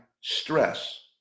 stress